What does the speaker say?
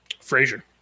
Frazier